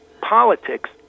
politics